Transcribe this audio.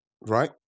right